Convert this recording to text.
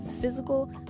physical